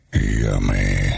Yummy